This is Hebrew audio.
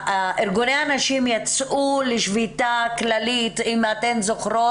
ארגוני הנשים יצאו לשביתה כללית אם אתן זוכרות,